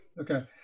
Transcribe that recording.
Okay